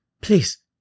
Please